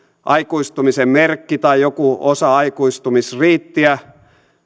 aikuistumisen merkki tai joku osa aikuistumisriittiä